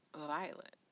Violet